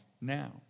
now